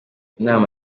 inama